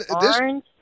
Orange